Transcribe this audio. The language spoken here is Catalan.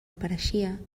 apareixia